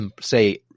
say